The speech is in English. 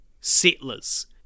settlers